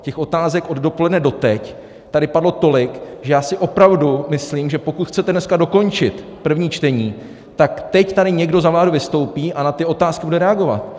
Těch otázek od dopoledne doteď tady padlo tolik, že já si opravdu myslím, že pokud chcete dneska dokončit první čtení, tak teď tady někdo za vládu vystoupí a na ty otázky bude reagovat.